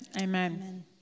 amen